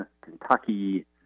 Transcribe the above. Kentucky